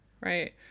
right